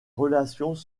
relations